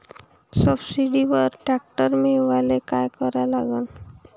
सबसिडीवर ट्रॅक्टर मिळवायले का करा लागन?